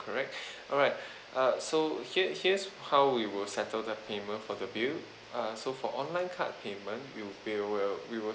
correct alright uh so here here's how we will settle the payment for the bill uh so for online card payment we'll we will we will